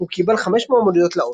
הוא קיבל חמש מועמדויות לאוסקר,